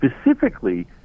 Specifically